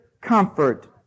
comfort